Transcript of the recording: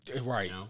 Right